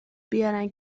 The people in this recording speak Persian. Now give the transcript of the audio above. بیارن